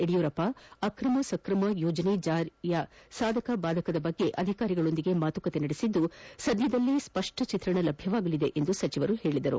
ಯಡಿಯೂರಪ್ಪ ಅಕ್ರಮ ಸಕ್ರಮ ಯೋಜನೆ ಜಾರಿ ಸಾಧಕ ಬಾಧಕ ಕುರಿತು ಅಧಿಕಾರಿಗಳೊಂದಿಗೆ ಮಾತುಕತೆ ನಡೆಸಿದ್ದು ಸದ್ಯದಲ್ಲೇ ಸ್ಪಷ್ಟ ಚಿತ್ರಣ ಲಭ್ಯವಾಗಲಿದೆ ಎಂದು ಸಚಿವರು ಹೇಳಿದರು